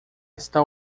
está